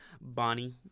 Bonnie